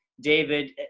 David